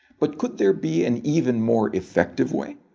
but could there be an even more effective way?